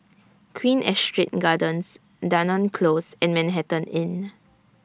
Queen Astrid Gardens Dunearn Close and Manhattan Inn